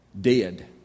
dead